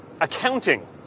accounting